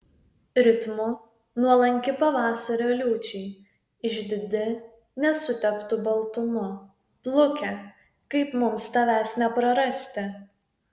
ritmu nuolanki pavasario liūčiai išdidi nesuteptu baltumu pluke kaip mums tavęs neprarasti